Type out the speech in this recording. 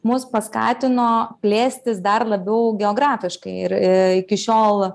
mus paskatino plėstis dar labiau geografiškai ir iki šiol